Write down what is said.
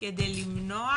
כדי למנוע,